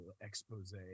expose